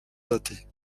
datées